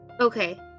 Okay